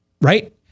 right